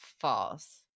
false